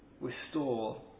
restore